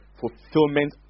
fulfillment